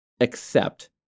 accept